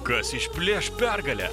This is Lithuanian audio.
kas išplėš pergalę